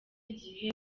igihe